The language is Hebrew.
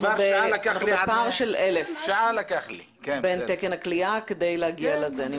אנחנו בפער של 1,000 בין תקן הכליאה כדי להגיע לזה.